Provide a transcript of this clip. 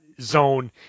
zone